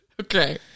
Okay